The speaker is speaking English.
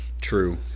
true